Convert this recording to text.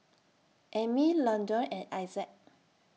Ammie Londyn and Issac